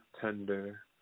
tender